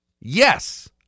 Yes